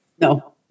No